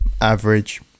average